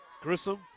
Grissom